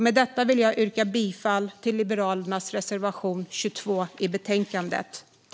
Med detta vill jag yrka bifall till Liberalernas reservation 22 i betänkandet.